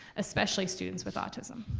especially students with autism.